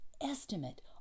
estimate